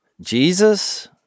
Jesus